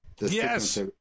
Yes